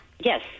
Yes